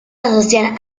asocian